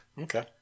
Okay